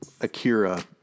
Akira